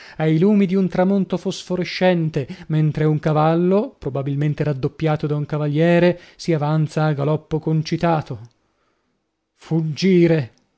ai lumi di un tramonto fosforescente mentre un cavallo probabilmente raddoppiato da un cavaliere si avanza a galoppo concitato fuggire